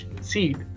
seed